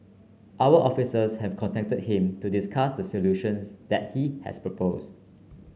our officers have contacted him to discuss the solutions that he has proposed